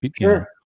sure